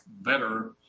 better